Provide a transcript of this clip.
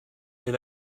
est